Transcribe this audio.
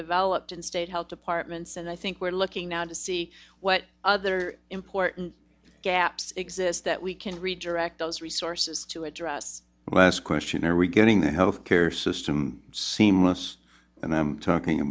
developed in state health departments and i think we're looking now to see what other important gaps exist that we can redirect those resources to address the last question are we getting the health care system seamless and i'm talking